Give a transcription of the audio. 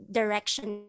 direction